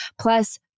plus